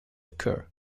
occur